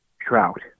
Trout